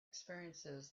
experiences